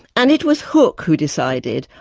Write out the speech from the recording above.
and it was hooke who decided,